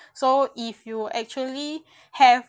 so if you actually have